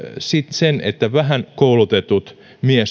sen että vähän koulutetut